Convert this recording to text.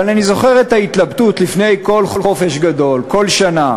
אבל אני זוכר את ההתלבטות לפני כל חופש גדול כל שנה